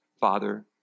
Father